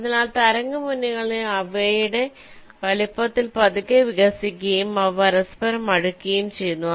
അതിനാൽ തരംഗ മുന്നണികൾ അവയുടെ വലുപ്പത്തിൽ പതുക്കെ വികസിക്കുകയും അവ പരസ്പരം അടുക്കുകയും ചെയ്യുന്നു